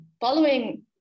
following